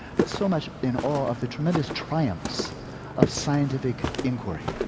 but so much in awe of the tremendous triumphs of scientific inquiry.